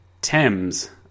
Thames